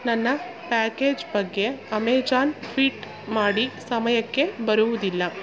ನನ್ನ ಪ್ಯಾಕೇಜ್ ಬಗ್ಗೆ Amazon tweet ಮಾಡಿ ಸಮಯಕ್ಕೆ ಬರುವುದಿಲ್ಲ